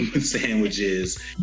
sandwiches